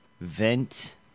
vent